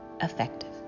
effective